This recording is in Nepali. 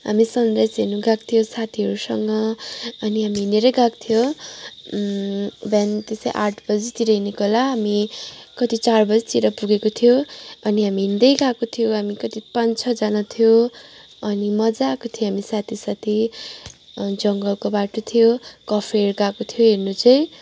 हामी सनराइज हेर्नु गएको थियो साथीहरूसँग अनि हामी हिँडेरै गएको थियो बिहान त्यस्तै आठ बजीतिर हिँडेको होला हामी कति चार बजीतिर पुगेको थियो अनि हामी हिँड्दै गएको थियो हामी कति पाँच छजना थियो अनि मज्जा आएको थियो हामी साथी साथी जङ्गलको बाटो थियो कफेर गएको थियो हेर्नु चाहिँ